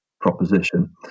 proposition